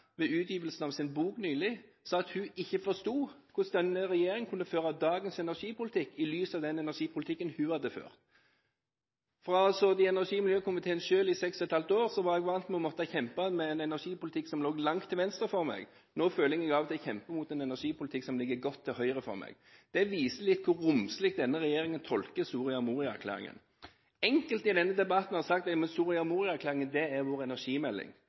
ved utgivelsen av sin bok nylig sa at hun ikke forsto hvordan denne regjeringen kunne føre dagens energipolitikk, i lys av den energipolitikken hun hadde ført. Jeg har selv sittet i energi- og miljøkomiteen i seks og et halvt år, og jeg var vant med å måtte kjempe med en energipolitikk som lå langt til venstre for meg. Nå føler jeg at jeg av og til kjemper mot en energipolitikk som ligger godt til høyre for meg. Det viser litt hvor romslig denne regjeringen tolker Soria Moria-erklæringen. Enkelte i denne debatten har sagt at Soria Moria-erklæringen er deres energimelding.